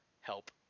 help